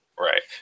Right